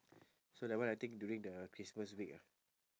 so that one I think during the christmas week ah